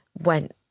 went